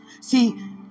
See